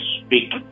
speak